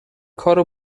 کارو